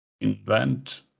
invent